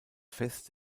fest